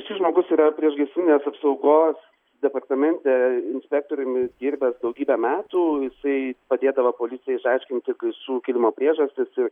šis žmogus yra priešgaisrinės apsaugos departamente inspektoriumi dirbęs daugybę metų jisai padėdavo policijai išaiškinti gaisrų kilimo priežastis ir